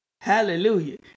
Hallelujah